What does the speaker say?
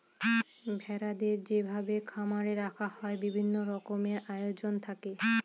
ভেড়াদের যেভাবে খামারে রাখা হয় বিভিন্ন রকমের আয়োজন থাকে